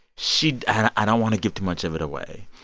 she i don't want to give too much of it away.